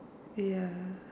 ya